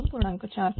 4 Hzpu MW